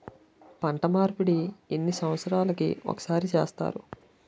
పంట మార్పిడి ఎన్ని సంవత్సరాలకి ఒక్కసారి చేస్తారు?